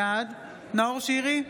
בעד נאור שירי,